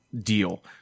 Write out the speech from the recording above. deal